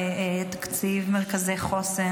תקציב מרכזי חוסן,